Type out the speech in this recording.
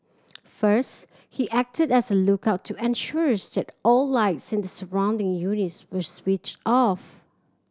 first he acted as a lookout to ensure that all lights in the surrounding units were switched off